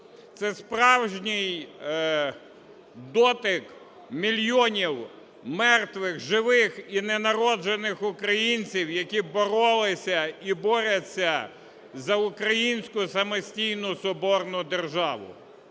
це справжній дотик мільйонів мертвих, живих і ненароджених українців, які боролися і борються за українську самостійну соборну державу.